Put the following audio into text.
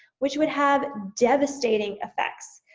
which would have devastating effects.